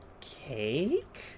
cake